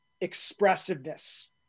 expressiveness